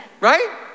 Right